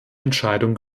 entscheidung